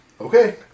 Okay